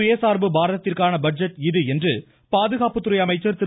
சுய சார்பு பாரதத்திற்கான பட்ஜெட் இது என்று பாதுகாப்புத்துறை அமைச்சர் திரு